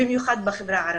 במיוחד בחברה הערבית.